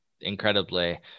incredibly